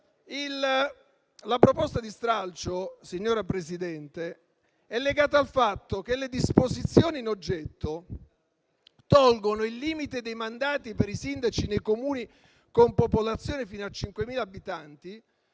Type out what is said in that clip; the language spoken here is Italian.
signora Presidente, è legata al fatto che le disposizioni in oggetto tolgono il limite dei mandati per i sindaci nei Comuni con popolazione fino a 5.000 abitanti